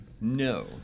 No